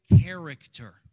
character